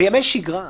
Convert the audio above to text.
בימי שגרה.